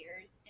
years